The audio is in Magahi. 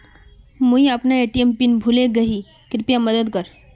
मुई अपना ए.टी.एम पिन भूले गही कृप्या मदद कर